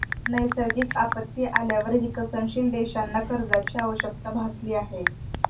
नैसर्गिक आपत्ती आल्यावर विकसनशील देशांना कर्जाची आवश्यकता भासली आहे